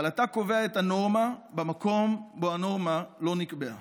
אבל אתה קובע את הנורמה במקום שבו הנורמה לא נקבעה.